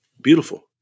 Beautiful